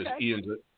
Ian's